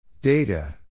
Data